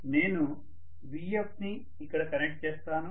నేను Vf ని ఇక్కడ కనెక్ట్ చేస్తాను